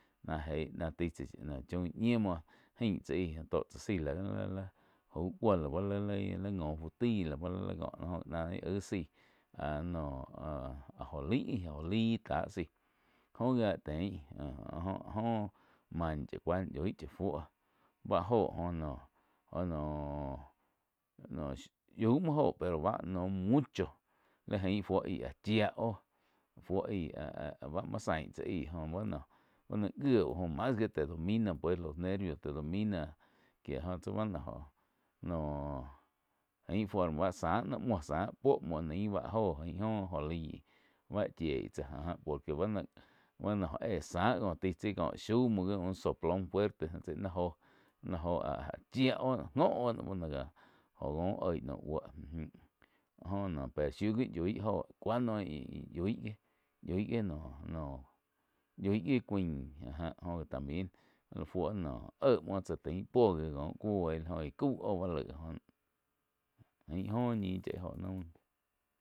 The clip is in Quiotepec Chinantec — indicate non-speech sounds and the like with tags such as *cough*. Náh géih náh taih tsá choin ñieh muo ain tsá aíh tó tzá zaíh láh jaug cuo láh li ngo fu tái la báh jó-jó náh ih aig zái áh no áh go laig. Joh laig tá zaí joh giá tein joh oh main chá cuá yoih chá fuó báh óho jo noh *hesitation* yaig muo óho pero no mucho li jain fuó aí áh chía óh fúo ái áh-áh báh muo zain tsá áih joh buono-buono jieu jo mas jo te domina pues los nervios te domina kíe bá noh ain forma báh záh noh muoh záh puoh muoh nain báh joh ain oh jo lai báh chíej tsá áh já por que ba na-ba na jo éh záh có taih tso có shau muo un soplon fuerte náh joh áh-áh chía oh ngo óh bá no oh gá uh oig naum buoh uh jum láh jo noh péh shiu gi yoig óho cuá noh íh-íh yoig gi no-no yoig gi cuain áh jáh jo gi también láh fuo eh muo tsá tain puo gi có cuóh joh gié cau oh báh laig ain joh ñih chá óho naum.